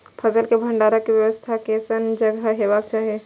फसल के भंडारण के व्यवस्था केसन जगह हेबाक चाही?